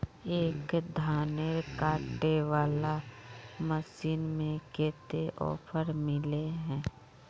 एक धानेर कांटे वाला मशीन में कते ऑफर मिले है?